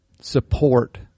support